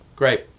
Great